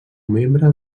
membre